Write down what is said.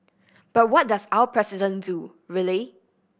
but what does our President do really